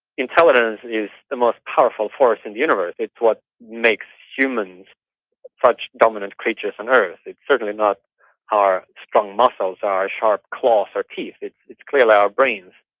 intelligence is the most powerful force in the universe, it's what makes humans such dominant creatures on earth, it's certainly not our strong muscles, our sharp claws or teeth, it's it's clearly our brains.